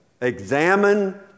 Examine